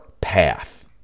path